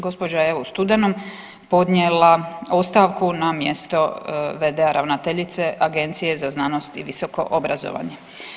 Gospođa je evo u studenom podnijela ostavku na mjesto v.d. ravnateljice Agencije za znanost i visoko obrazovanje.